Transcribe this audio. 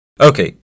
Okay